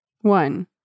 One